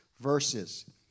verses